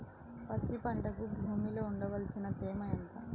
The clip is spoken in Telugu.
పత్తి పంటకు భూమిలో ఉండవలసిన తేమ ఎంత?